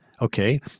Okay